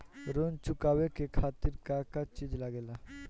ऋण चुकावे के खातिर का का चिज लागेला?